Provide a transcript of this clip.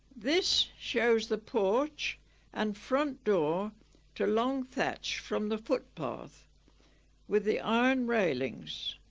this shows the porch and front door to long thatch from the footpath with the iron railings